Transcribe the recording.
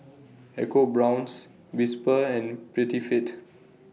EcoBrown's Whisper and Prettyfit